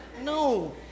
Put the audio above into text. No